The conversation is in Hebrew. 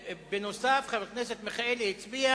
בנוסף, חבר הכנסת מיכאלי הצביע